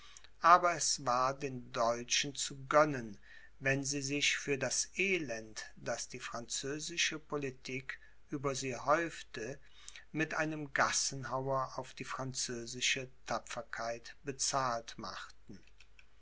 aber es war den deutschen zu gönnen wenn sie sich für das elend das die französische politik über sie häufte mit einem gassenhauer auf die französische tapferkeit bezahlt machten